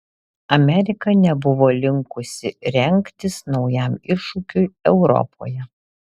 amerika nebuvo linkusi rengtis naujam iššūkiui europoje